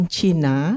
China